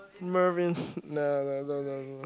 Mervin nah no no no no